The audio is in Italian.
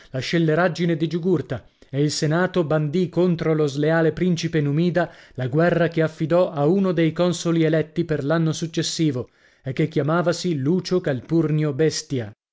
la scelleraggine di giugurta e il senato bandì contro lo sleale principe numida la guerra che affidò a uno dei consoli eletti per l'anno successivo e che chiamavasi lucio calpurnio bestia